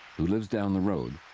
who lives down the road,